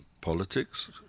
politics